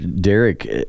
Derek